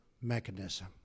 mechanism